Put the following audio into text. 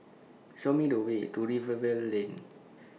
Show Me The Way to Rivervale Lane